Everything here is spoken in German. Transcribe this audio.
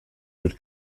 wird